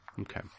Okay